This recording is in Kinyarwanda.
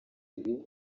ibi